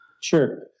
Sure